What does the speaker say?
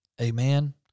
Amen